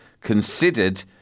considered